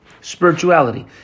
Spirituality